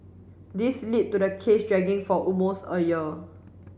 this lead to the case dragging for almost a year